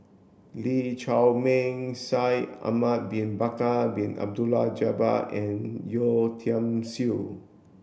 Lee Chiaw Meng Shaikh Ahmad bin Bakar Bin Abdullah Jabbar and Yeo Tiam Siew